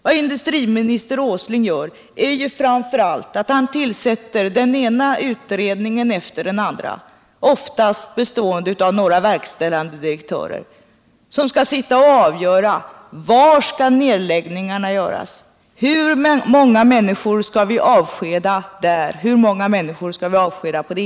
Vad industriminister Åsling gör är framför allt att tillsätta den ena utredningen efter den andra, oftast bestående av några verkställande direktörer som skall sitta och avgöra var det skall ske nedläggningar, hur många människor som skall avskedas där och hur många som skall avskedas där.